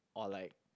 or like